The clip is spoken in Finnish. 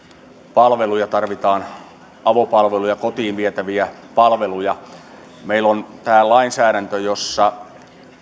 palveluja tarvitaan avopalveluja kotiin vietäviä palveluja meillä on tämä lainsäädäntö jossa